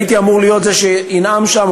הייתי אמור להיות זה שינאם שם,